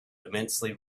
immensely